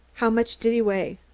how much did he weigh?